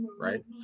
right